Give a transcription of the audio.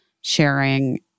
sharing